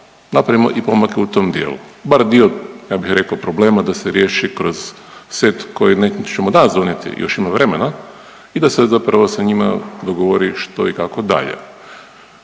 napravimo i pomake u tom dijelu. Bar dio ja bih rekao problema da se riješi kroz set koji nećemo danas donijeti, još ima vremena i da se zapravo sa njima dogovori što i kako dalje.